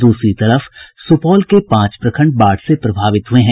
दूसरी तरफ सुपौल जिले के पांच प्रखंड बाढ़ से प्रभावित हुये हैं